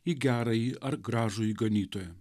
į gerąjį ar gražųjį ganytoją